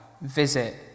visit